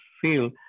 feel